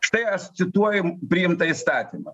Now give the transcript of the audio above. štai aš cituoju priimtą įstatymą